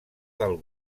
del